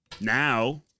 Now